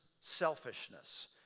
selfishness